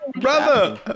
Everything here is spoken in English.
brother